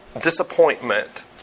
disappointment